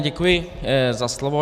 Děkuji za slovo.